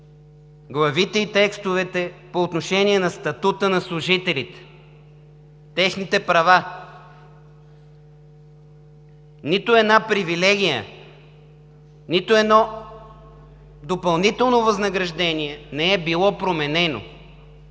главите и текстовете по отношение на статута на служителите, техните права, нито една привилегия, нито едно допълнително възнаграждение не е било променено,